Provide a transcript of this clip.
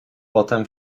potem